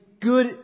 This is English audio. good